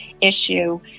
issue